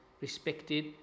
respected